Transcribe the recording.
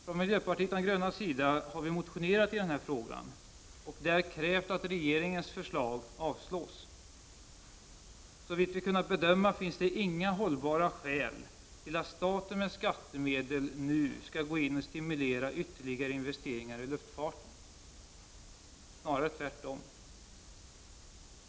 Från miljöpartiet de grönas sida har vi motionerat i frågan och krävt att regeringens förslag avslås. Såvitt vi har kunnat bedöma finns det inga hållbara skäl till att staten med skattemedel nu skall gå in och stimulera ytterligare investeringar i luftfarten — snarare tvärtom!